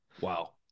Wow